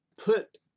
put